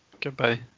Goodbye